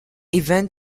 even